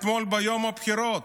אתמול, ביום הבחירות,